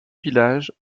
villages